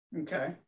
okay